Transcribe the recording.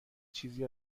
چیزی